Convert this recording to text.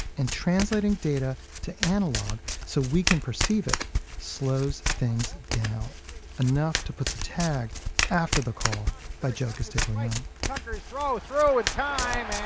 and translating data to analog so we can perceive it slows things down enough to put the tag after the call by joe castiglione tucker's throw, throw, and ah time,